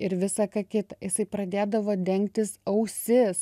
ir visa ką kita jisai pradėdavo dengtis ausis